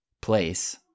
place